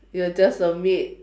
you are just a maid